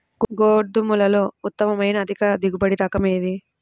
గోధుమలలో ఉత్తమమైన అధిక దిగుబడి రకం ఏది?